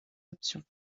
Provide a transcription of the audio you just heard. options